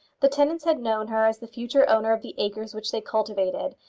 the tenants had known her as the future owner of the acres which they cultivated,